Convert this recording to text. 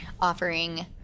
offering